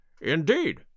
Indeed